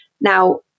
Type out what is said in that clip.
Now